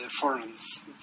forums